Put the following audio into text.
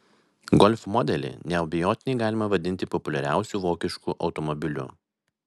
golf modelį neabejotinai galima vadinti populiariausiu vokišku automobiliu